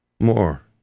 More